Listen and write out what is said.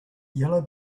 yellow